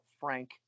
Frank